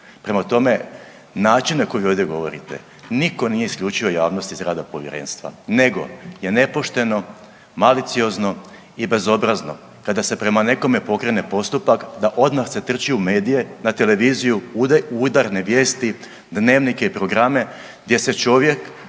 Prema tome način na koji ovdje govorite, nitko nije isključio javnost iz rada Povjerenstva. Nego je nepošteno, maliciozno i bezobrazno kada se prema nekome pokrene postupak da odmah se trči u medije, na tv, udarne vijesti, dnevnike i programe, gdje se čovjek,